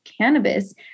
cannabis